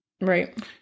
Right